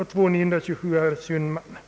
och 11: 927 av herr Sundman m.fl.